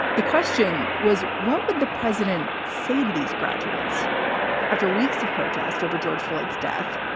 the question was, what would the president say to these graduates after weeks of protest over george floyds death?